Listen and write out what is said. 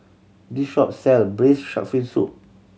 this shop sell Braised Shark Fin Soup